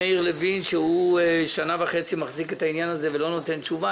שהוא שנה וחצי מחזיק את העניין הזה ולא נותן תשובה,